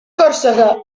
còrsega